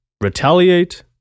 retaliate